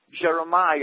Jeremiah